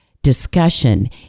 Discussion